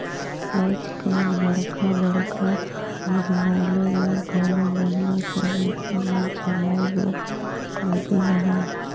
आएज काएल बड़खा बड़खा भोजनालय ल घलो महिला समिति मन चलाए बर लगिन अहें